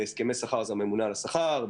בהסכמי שכר זה הממונה על השכר,